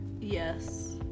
Yes